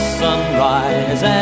sunrise